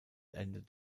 endet